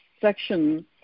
section